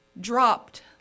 dropped